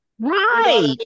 right